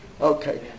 Okay